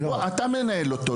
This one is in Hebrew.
אתה מנהל אותו,